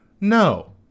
No